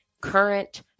current